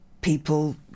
people